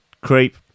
creep